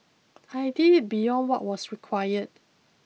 I did it beyond what was required